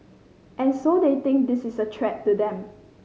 and so they think this is a threat to them